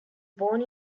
born